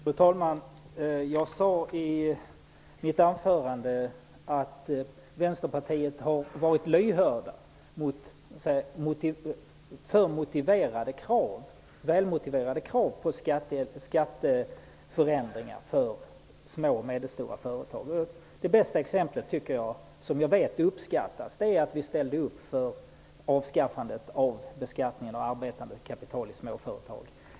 Fru talman! Jag sade i mitt anförande att Vänsterpartiet har varit lyhört för välmotiverade krav på skatteförändringar för små och medelstora företag. Det bästa exemplet, som jag vet uppskattades, är att vi ställde upp på avskaffandet av beskattningen av arbetande kapital i små företag.